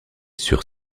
sur